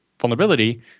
vulnerability